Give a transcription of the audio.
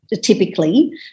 typically